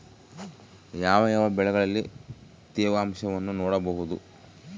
ಯಾವ ಯಾವ ಬೆಳೆಗಳಲ್ಲಿ ತೇವಾಂಶವನ್ನು ನೋಡಬಹುದು?